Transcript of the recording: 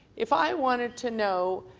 if i wanted to know